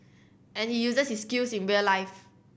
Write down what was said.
and he uses his skills in real life